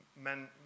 men